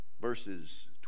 verses